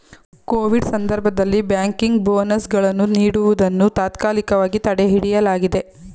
Covid ಸಂದರ್ಭದಲ್ಲಿ banking bonus ಗಳನ್ನು ನೀಡುವುದನ್ನು ತಾತ್ಕಾಲಿಕವಾಗಿ ತಡೆಹಿಡಿಯಲಾಗಿದೆ